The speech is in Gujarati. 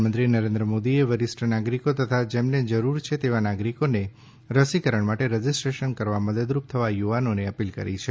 પ્રધાનમંત્રી નરેન્દ્ર મોદીએ વરિષ્ઠ નાગરિકો તથા જેમને જરૂર છે તેવા નાગરિકોને રસીકરણ માટે રજીસ્ટ્રેશન કરવા મદદરૂપ થવા યુવાનોને અપીલ કરી છે